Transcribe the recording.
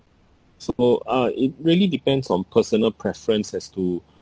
so per~ uh it really depends on personal preference as to